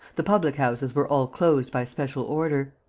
the public-houses were all closed by special order.